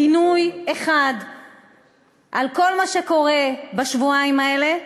גינוי אחד של כל מה שקורה בשבועיים האלה,